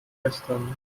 gestern